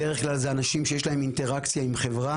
בדרך כלל הם אנשים שיש להם אינטראקציה עם חברה,